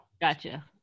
Gotcha